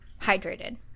hydrated